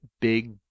big